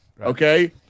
okay